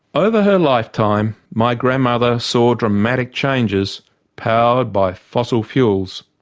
over her lifetime, my grandmother saw dramatic changes powered by fossil fuels.